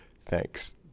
thanks